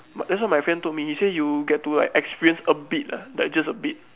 that's what my friend told me he say you will get to like experience a bit ah just a bit